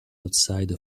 outside